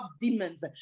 demons